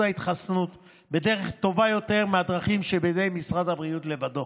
ההתחסנות בדרך טובה יותר מהדרכים שבידי משרד הבריאות לבדו.